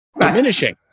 diminishing